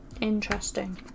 interesting